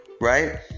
right